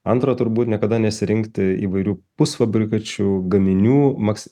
antra turbūt niekada nesirinkti įvairių pusfabrikačių gaminių maks